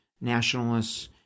nationalists